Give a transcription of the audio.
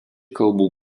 kalbų